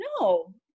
no